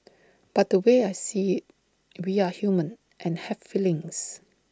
but the way I see IT we are human and have feelings